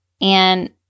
And-